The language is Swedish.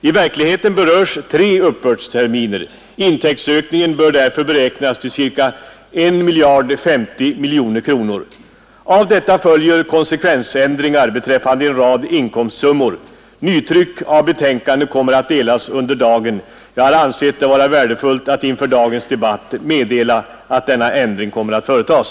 I verkligheten berörs tre uppbördsterminer. Intäktsökningen bör därför beräknas till ca 1 050 miljoner kronor. Av detta följer konsekvensändringar beträffande en rad inkomstsummor. Nytryck av betänkandet kommer att delas under dagen. Jag har ansett det vara korrekt att inför dagens debatt meddela att denna ändring kommer att företas.